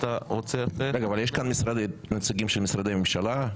נמצאים כאן נציגים של משרדי ממשלה?